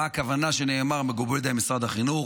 מה הכוונה כשנאמר שזה מגובה על ידי משרד החינוך?